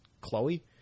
Chloe